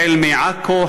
החל מעכו,